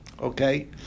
okay